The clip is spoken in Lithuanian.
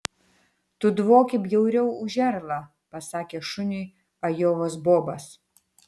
tu dvoki bjauriau už erlą pasakė šuniui ajovos bobas